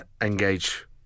engage